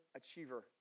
achiever